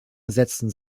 ersetzen